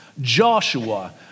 Joshua